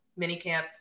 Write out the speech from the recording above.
minicamp